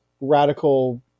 radical